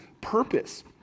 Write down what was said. purpose